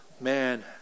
man